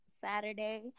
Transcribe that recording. Saturday